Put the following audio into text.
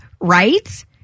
right